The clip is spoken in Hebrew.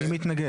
מי מתנגד?